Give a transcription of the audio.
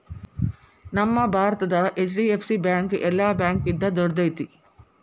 ನಮ್ಮ ಭಾರತದ HDFC bank ಯೆಲ್ಲಾ ಬ್ಯಾಂಕ್ಗಿಂತಾ ದೊಡ್ದೈತಿ